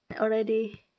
already